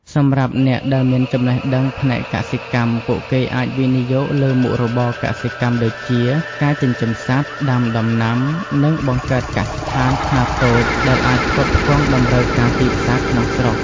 សម្រាប់អ្នកដែលមានចំណេះដឹងផ្នែកកសិកម្ម ពួកគេអាចវិនិយោគលើមុខរបរកសិកម្មដូចជា ការចិញ្ចឹមសត្វ ដាំដំណាំ ឬបង្កើតកសិដ្ឋានខ្នាតតូច ដែលអាចផ្គត់ផ្គង់តម្រូវការទីផ្សារក្នុងស្រុក។